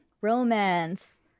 romance